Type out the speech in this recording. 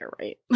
right